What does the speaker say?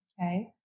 Okay